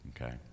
okay